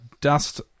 dust